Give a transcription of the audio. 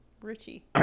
Richie